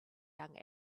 young